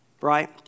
right